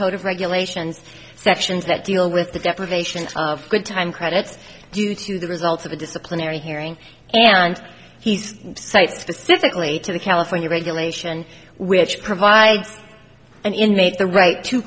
code of regulations sections that deal with the deprivation of good time credits due to the results of a disciplinary hearing and he's cite specifically to the california regulation which provides an inmate the right to